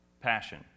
Passion